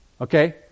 Okay